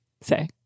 say